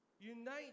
unite